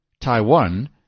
Taiwan